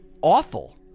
awful